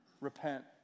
repent